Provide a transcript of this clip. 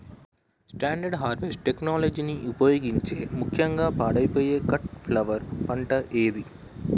Standard harvest టెక్నాలజీని ఉపయోగించే ముక్యంగా పాడైపోయే కట్ ఫ్లవర్ పంట ఏది?